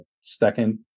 second